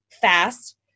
fast